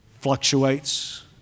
fluctuates